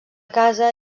casa